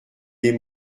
les